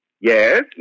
Yes